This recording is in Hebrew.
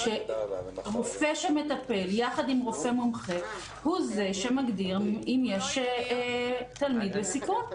רופא שמטפל יחד עם רופא מומחה הוא זה שמגדיר אם יש תלמיד בסיכון.